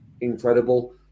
incredible